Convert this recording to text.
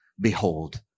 Behold